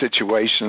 situations